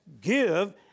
give